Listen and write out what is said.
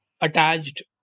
attached